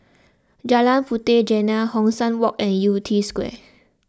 Jalan Puteh Jerneh Hong San Walk and Yew Tee Square